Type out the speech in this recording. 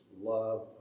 love